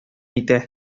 итә